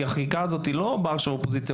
כי החקיקה הזאת היא עכשיו לא קואליציה אופוזיציה.